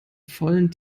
vollen